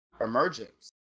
Emergence